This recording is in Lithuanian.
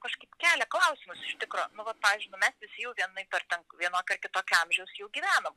kažkaip kelia klausimus iš tikro nu vat pavyzdžiui nu mes visi jau vienaip ar ten vienokio ar kitokio amžiaus jau gyvenom